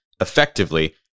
effectively